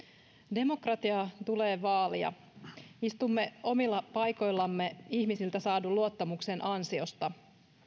demokratiaa tulee vaalia istumme omilla paikoillamme ihmisiltä saadun luottamuksen ansiosta